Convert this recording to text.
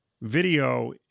video